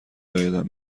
عایدم